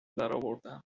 درآوردم